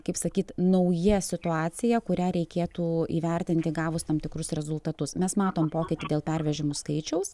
kaip sakyt nauja situacija kurią reikėtų įvertinti gavus tam tikrus rezultatus mes matom pokytį dėl pervežimų skaičiaus